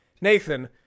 nathan